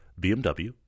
BMW